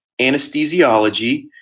anesthesiology